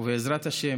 ובעזרת השם,